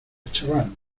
chaval